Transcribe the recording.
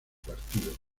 partido